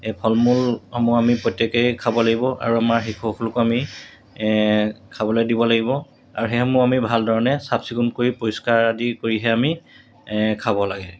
এই ফল মূলসমূহ আমি প্ৰত্যেকেই খাব লাগিব আৰু আমাৰ শিশুসকলকো আমি খাবলৈ দিব লাগিব আৰু সেইসমূহ আমি ভালধৰণে চাফচিকুণ কৰি পৰিষ্কাৰ আদি কৰিহে আমি খাব লাগে